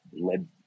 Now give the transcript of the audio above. led